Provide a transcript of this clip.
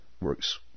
works